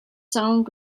całą